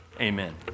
amen